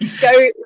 go